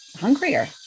hungrier